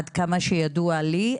עד כמה שידוע לי,